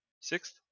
Sixth